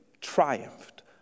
triumphed